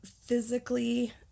physically